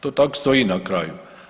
To tako stoji na kraju.